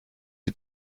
die